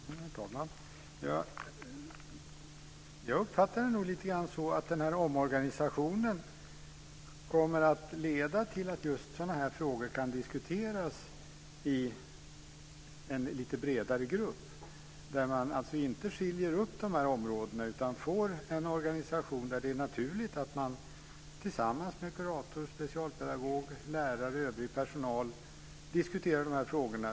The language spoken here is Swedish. Herr talman! Jag uppfattar det nog som att den här omorganisationen kommer att leda till att just sådana här frågor kan diskuteras i en lite bredare grupp. Man ska alltså inte skilja ut de här områdena utan få en organisation där det är naturligt att kurator, specialpedagog, lärare och övrig personal tillsammans diskuterar de här frågorna.